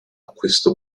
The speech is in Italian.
questo